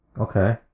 Okay